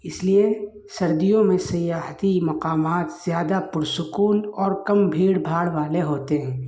اس لیے سردیوں میں سیاحتی مقامات زیادہ پرسکون اور کم بھیڑ بھاڑ والے ہوتے ہیں